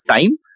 time